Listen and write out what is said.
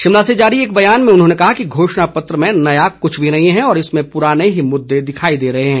शिमला से जारी एक बयान में उन्होंने कहा है कि घोषणा पत्र में नया कुछ भी नहीं है और इसमें पुराने ही मुददे दिखाई दे रहे हैं